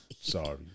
Sorry